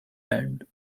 band